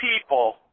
people